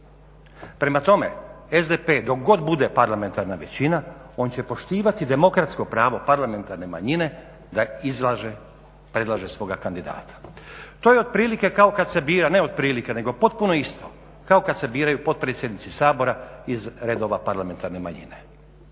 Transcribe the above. Prema tome, SDP dok god bude parlamentarna većina on će poštivati demokratsko pravo parlamentarne manjine da izlaže, predlaže svoga kandidata. To je otprilike kao kada se bira, ne otprilike, nego potpuno isto kao kada se biraju potpredsjednici Sabora iz redova parlamentarne manjine.